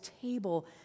table